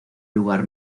lugar